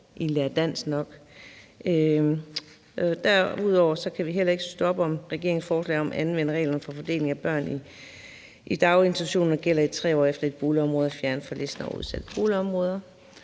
at lære nok dansk. Derudover kan vi heller ikke støtte op om, at regeringens forslag om at anvende reglerne for fordeling af børn i daginstitutioner gælder, 3 år efter at et boligområde er fjernet fra listen over udsatte boligområder,